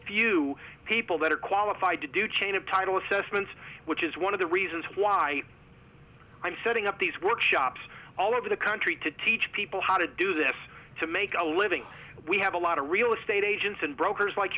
few people better qualified to do chain of title assessments which is one of the reasons why i'm setting up these workshops all over the country to teach people how to do this to make a living we have a lot of real estate agents and brokers like